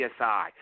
CSI